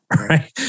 right